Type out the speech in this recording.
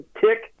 tick